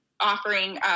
offering